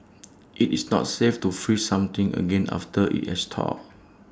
IT is not safe to freeze something again after IT has thawed